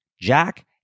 Jack